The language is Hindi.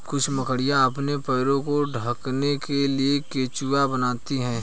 कुछ मकड़ियाँ अपने पैरों को ढकने के लिए कोकून बनाती हैं